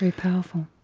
powerful.